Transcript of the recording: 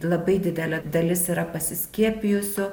labai didelė dalis yra pasiskiepijusių